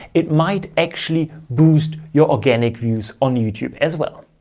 it might actually boost your organic views on youtube as well.